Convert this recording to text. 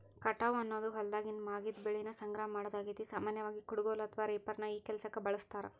ಕಟಾವು ಅನ್ನೋದು ಹೊಲ್ದಾಗಿನ ಮಾಗಿದ ಬೆಳಿನ ಸಂಗ್ರಹ ಮಾಡೋದಾಗೇತಿ, ಸಾಮಾನ್ಯವಾಗಿ, ಕುಡಗೋಲು ಅಥವಾ ರೇಪರ್ ನ ಈ ಕೆಲ್ಸಕ್ಕ ಬಳಸ್ತಾರ